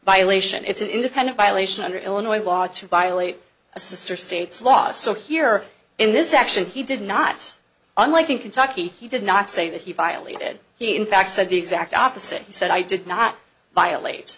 violation it's an independent violation under illinois law to violate a sister state's law so here in this action he did not unlike in kentucky he did not say that he violated he in fact said the exact opposite he said i did not violate